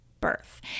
birth